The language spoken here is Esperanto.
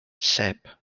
sep